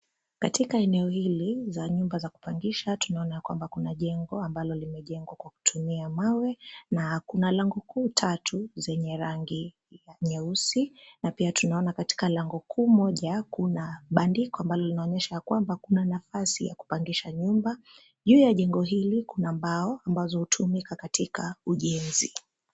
Katika eneo hili za nyumba za kupangisha tunaona ya kwamba kuna jengo ambalo limejengwa kwa kutumia mawe na kuna lango kuu tatu zenye rangi ya nyeusi na pia tunaona katika lango kuu moja kuna bandiko ambalo linaonyesha ya kwamba kuna nafasi ya kupangisha nyumba. Juu ya jengo hili kuna mbao ambazo hutumika katika ujenzi.